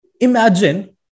imagine